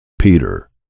Peter